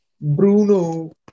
Bruno